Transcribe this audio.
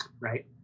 Right